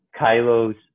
Kylo's